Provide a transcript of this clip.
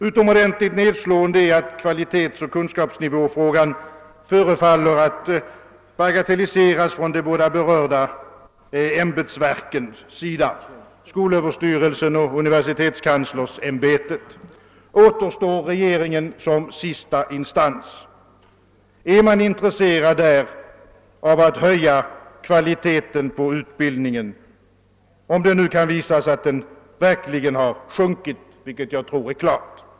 Utomordentligt nedslående är att kvalitetsoch kunskapsnivåfrågan förefaller att bagatelliseras av de båda berörda ämbetsverken, skolöverstyrelsen och universitetskanslersämbetet. Återstår regeringen som sista instans: Är man intresserad av att höja kvalitén på utbildningen om det kan bevisas att den verkligen har sjunkit, vilket jag tror är klart?